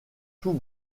tout